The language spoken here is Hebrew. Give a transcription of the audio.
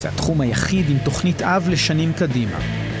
זה התחום היחיד עם תוכנית אב לשנים קדימה